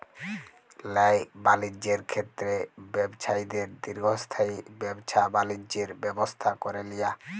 ল্যায় বালিজ্যের ক্ষেত্রে ব্যবছায়ীদের দীর্ঘস্থায়ী ব্যাবছা বালিজ্যের ব্যবস্থা ক্যরে লিয়া